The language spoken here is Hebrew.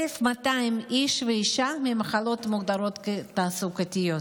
1,200 איש ואישה ממחלות המוגדרות כתעסוקתיות.